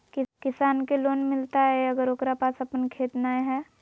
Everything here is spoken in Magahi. किसान के लोन मिलताय अगर ओकरा पास अपन खेत नय है?